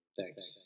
Thanks